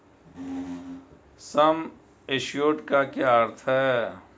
सम assured का क्या अर्थ है?